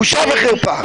בושה וחרפה.